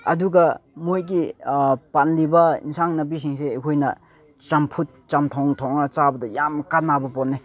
ꯑꯗꯨꯒ ꯃꯣꯏꯒꯤ ꯄꯥꯜꯂꯤꯕ ꯑꯦꯟꯁꯥꯡ ꯅꯥꯄꯤꯁꯤꯡꯁꯦ ꯑꯩꯈꯣꯏꯅ ꯆꯝꯐꯨꯠ ꯆꯝꯊꯣꯡ ꯊꯣꯡꯉꯒ ꯆꯥꯕꯗ ꯌꯥꯝ ꯀꯥꯟꯅꯕ ꯄꯣꯠꯅꯦ